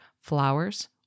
flowers